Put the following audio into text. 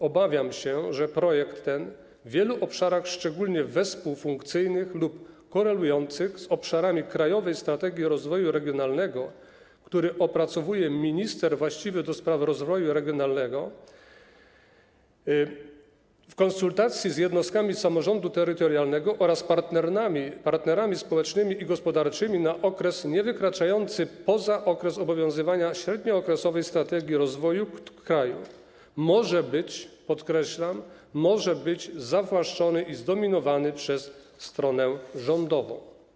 Obawiam się, że niniejszy projekt w wielu obszarach szczególnie współfunkcyjnych lub korelujących z obszarami krajowej strategii rozwoju regionalnego, który opracowuje minister właściwy do spraw rozwoju regionalnego w konsultacji z jednostkami samorządu terytorialnego oraz partnerami społecznymi i gospodarczymi na okres niewykraczający poza okres obowiązywania średniookresowej strategii rozwoju kraju, może być - podkreślam: może być - zawłaszczony i zdominowany przez stronę rządową.